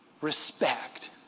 respect